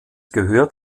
gehört